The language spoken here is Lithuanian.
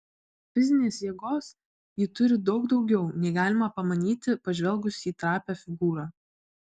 fizinės jėgos ji turi daug daugiau nei galima pamanyti pažvelgus į trapią figūrą